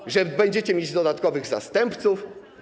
To, że będziecie mieli dodatkowych zastępców?